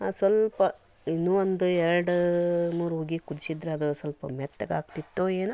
ಸ್ವಲ್ಪ ಇನ್ನೂ ಒಂದು ಎರಡು ಮೂರು ಉಗಿ ಕುದಿಸಿದ್ರೆ ಅದು ಸ್ವಲ್ಪ ಮೆತ್ತಗಾಗ್ತಿತ್ತೋ ಏನೋ